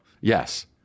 yes